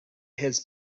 has